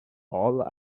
all